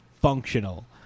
functional